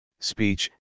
speech